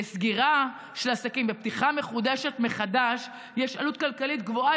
לסגירה של העסקים ופתיחה מחודשת יש עלות כלכלית גבוהה